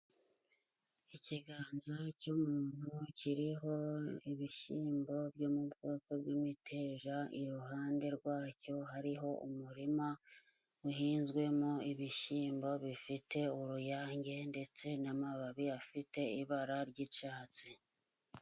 Ikiganza cy' umuntu kiriho ibishyimbo byo mu bwoko bw'imiteja. Iruhande rwacyo hariho umurima uhinzwemo ibishyimbo bifite uruyange, ndetse n'amababi afite ibara ry'icyatsi.